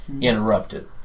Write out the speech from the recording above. interrupted